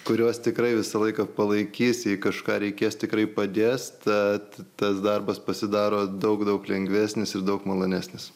kurios tikrai visą laiką palaikys jei kažką reikės tikrai padės tad tas darbas pasidaro daug daug lengvesnis ir daug malonesnis